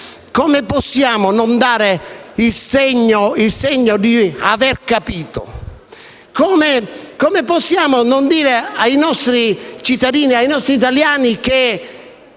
come possiamo non dare il segno di avere capito? Come possiamo non dire ai nostri cittadini, ai nostri italiani, che